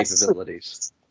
capabilities